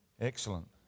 Excellent